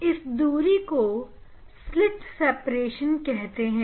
इस दूरी को स्लिट सिपरेशन कहते हैं